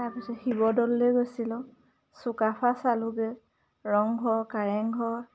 তাৰপিছত শিৱদৌললৈ গৈছিলোঁ চুকাফা চালোঁগৈ ৰংঘৰ কাৰেংঘৰ